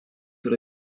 yra